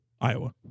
Iowa